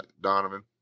Donovan